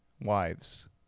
Wives